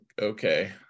okay